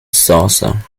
saucer